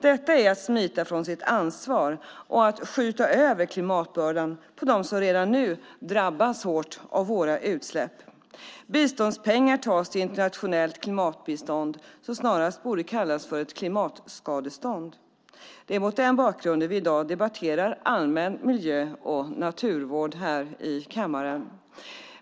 Detta är att smita från sitt ansvar och att skjuta över klimatbördan på dem som redan nu drabbas hårt av våra utsläpp. Biståndspengar tas till internationellt klimatbistånd som snarast borde kallas för klimatskadestånd. Det är mot den bakgrunden vi i dag debatterar allmän miljö och naturvård i kammaren.